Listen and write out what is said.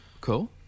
Cool